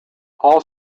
all